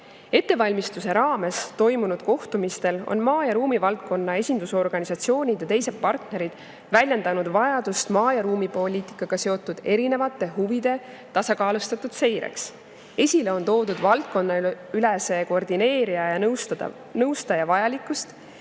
Ettevalmistuse raames toimunud kohtumistel on maa‑ ja ruumivaldkonna esindusorganisatsioonid ja teised partnerid väljendanud vajadust erinevate maa‑ ja ruumipoliitikaga seotud huvide tasakaalustatud seireks. Esile on toodud valdkondadeülese koordineerija ja nõustaja vajalikkust